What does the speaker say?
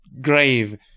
grave